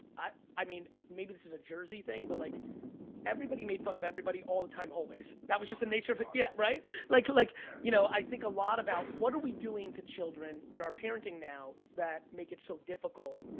i mean maybe this is jersey thing but like everybody made fun of everybody all the time always. that was just the nature of, but yeah right? like like you know i think a lot about what are we doing to children in our parenting now that make it so difficult?